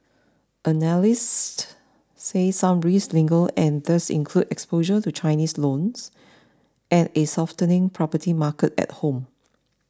analysts say some risks linger and these include exposure to Chinese loans and a softening property market at home